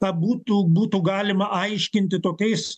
na būtų būtų galima aiškinti tokiais